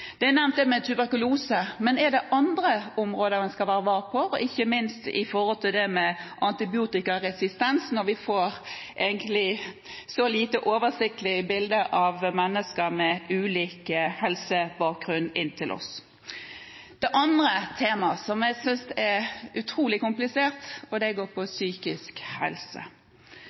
Det med tuberkulose er nevnt, men er det andre områder en skal være var for, ikke minst med hensyn til det med antibiotikaresistens, når vi får et så lite oversiktlig bilde av mennesker med ulik helsebakgrunn inn til oss? Det andre temaet, som jeg synes er utrolig komplisert, går på